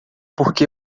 porque